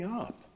up